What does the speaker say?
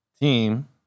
team